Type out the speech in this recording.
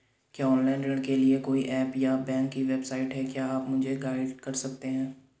क्या ऑनलाइन ऋण के लिए कोई ऐप या बैंक की वेबसाइट है क्या आप मुझे गाइड कर सकते हैं?